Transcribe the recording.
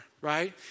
right